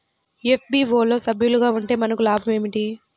FPO లో సభ్యులుగా ఉంటే మనకు లాభం ఏమిటి?